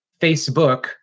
facebook